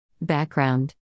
Background